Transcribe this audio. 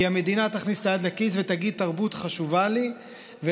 כי המדינה תכניס את היד לכיס ותגיד: תרבות חשובה לי ולכן